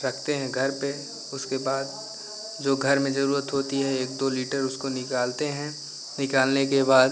रखते हैं घर पे उसके बाद जो घर में जरूरत होती है एक दो लीटर उसको निकालते हैं निकालने के बाद